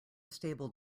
stable